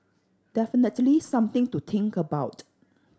definitely something to think about